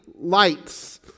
lights